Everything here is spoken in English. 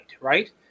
right